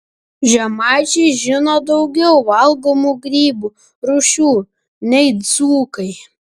žemaičiai žino daugiau valgomų grybų rūšių nei dzūkai